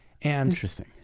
Interesting